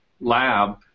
lab